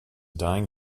dying